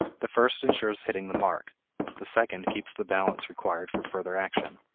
the first insures hitting the mark the second keeps the balance required for further action.